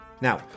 Now